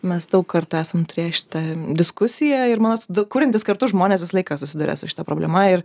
mes daug kartų esam turėję šitą diskusiją ir man rods du kuriantys kartu žmonės visą laiką susiduria su šita problema ir